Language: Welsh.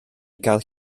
gael